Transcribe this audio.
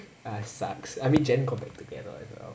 ah sucks I mean jen got back together you know